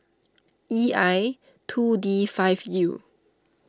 E I two D five U